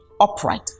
upright